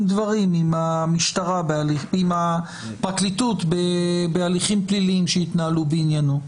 דברים עם הפרקליטות בהליכים פליליים שהתנהלו בעניינו.